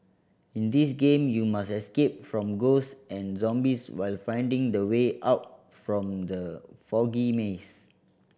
in this game you must escape from ghosts and zombies while finding the way out from the foggy maze